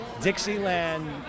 Dixieland